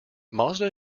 mazda